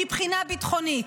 מבחינה ביטחונית,